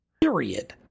Period